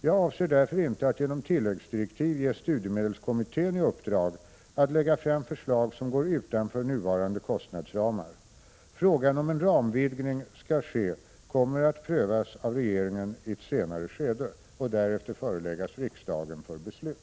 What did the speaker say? Jag avser därför inte att genom tilläggsdirektiv ge studiemedelskommittén i uppdrag att lägga fram förslag som går utanför nuvarande kostnadsramar. Frågan om en ramvidgning skall ske kommer att prövas av regeringen i ett senare skede och därefter föreläggas riksdagen för beslut.